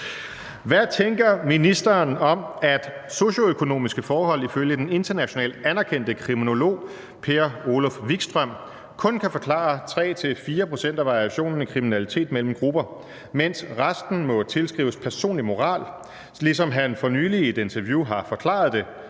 Hvad tænker ministeren om, at socioøkonomiske forhold ifølge den internationalt anerkendte kriminolog Per-Olof Wikström kun kan forklare 3-4 pct. af variationen i kriminalitet mellem grupper, mens resten må tilskrives personlig moral, ligesom han for nylig i et interview har forklaret det: